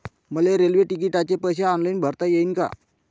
मले रेल्वे तिकिटाचे पैसे ऑनलाईन भरता येईन का?